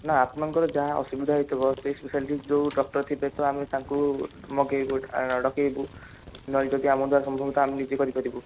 ନା ଆପଣଙ୍କର ଯାହା ଅସୁବିଧା ହେଇଥିବ ସେଇ ସ୍ପେସିଆଲିଷ୍ଟ୍ ଯେଉଁ ଡକ୍ଟର୍ ଥିବେ ତ ଆମେ ତାଙ୍କୁ ମଗେଇବୁ ଡକେଇବୁ ନାଇଁ ଯଦି ଆମ ଦ୍ୱାରା ସମ୍ଭବ ତ ଆମେ ନିଜେ କରିପାରିବୁ